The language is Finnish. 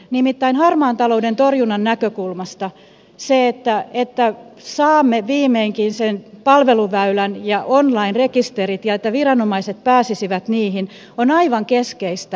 nimittäin harmaan talouden torjunnan näkökulmasta se että saamme viimeinkin sen palveluväylän ja online rekisterit ja että viranomaiset pääsisivät niihin on aivan keskeistä